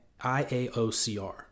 IAOCR